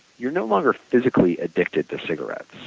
you're no longer physically addicted to cigarettes.